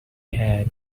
hat